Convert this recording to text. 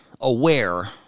Aware